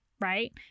right